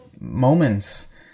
moments